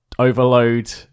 overload